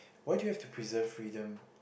why do you have to preserve freedom